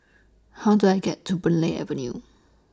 How Do I get to Boon Lay Avenue